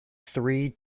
three